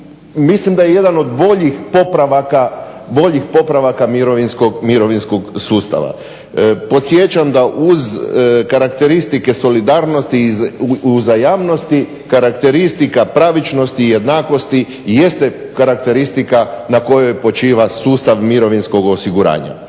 mislim da je jedan od boljih popravaka mirovinskog sustava. Podsjećam da uz karakteristike solidarnosti uzajamnosti, karakteristika pravičnosti i jednakosti jeste karakteristika na kojoj počiva sustav mirovinskog osiguranja.